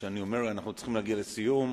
כשאני אומר "אנחנו צריכים להגיע לסיום",